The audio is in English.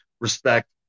respect